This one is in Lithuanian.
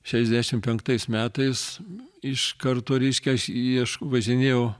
šešiasdešim penktais metais iš karto reiškia aš iešk važinėjau